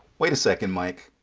wait a second mike,